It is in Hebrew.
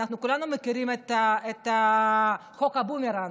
וכולנו מכירים את חוק הבומרנג.